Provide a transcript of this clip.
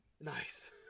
Nice